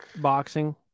boxing